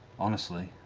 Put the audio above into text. honestly.